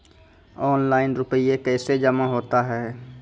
Online रुपये कैसे जमा होता हैं?